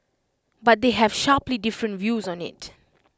but they have sharply different views on IT